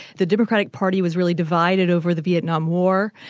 the democratic party was really divided over the vietnam war,